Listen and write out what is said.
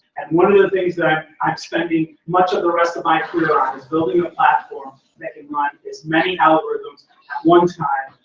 and one of the things that i'm spending much of the rest of my career on is building a platform that can mine as many algorithms at one time,